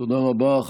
תודה רבה.